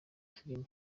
filimi